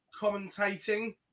commentating